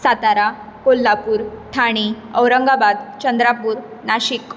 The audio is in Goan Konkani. सातारा कोल्हापूर ठाणे औरंगबाद चंद्रापूर नाशीक